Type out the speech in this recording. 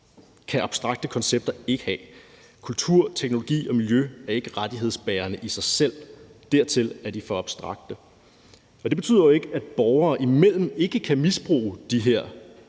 kan abstrakte koncepter ikke have. Kultur, teknologi og miljø er ikke rettighedsbærende i sig selv; dertil er de for abstrakte. Det betyder jo ikke, at man borgerne imellem ikke kan misbruge de her